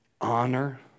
Honor